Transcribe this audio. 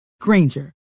Granger